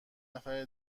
نفر